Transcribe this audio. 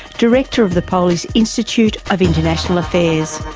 director of the polish institute of international affairs,